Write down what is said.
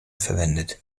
verwendet